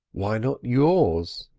why not yours?